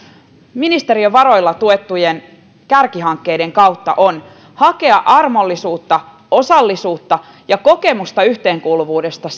ministeriön varoilla tuettujen kärkihankkeiden kautta on hakea armollisuutta osallisuutta ja kokemusta yhteenkuuluvuudesta